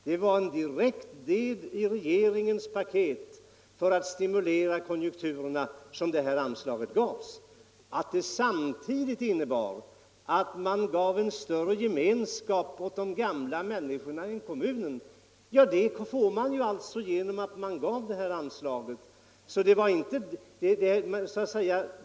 Det var som en del i regeringens paket för att stimulera konjunkturerna som det här anslaget gavs. Att det samtidigt innebar större gemenskap åt de gamla människorna i kommunen var en följd av att man gav det här anslaget.